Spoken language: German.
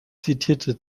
zitierte